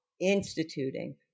instituting